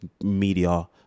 media